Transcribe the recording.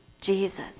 Jesus